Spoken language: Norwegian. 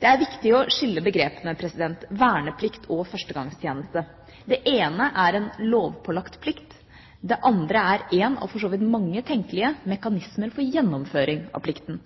Det er viktig å skille begrepene verneplikt og førstegangstjeneste. Det ene er en lovpålagt plikt, det andre er en av for så vidt mange tenkelige mekanismer for gjennomføring av plikten.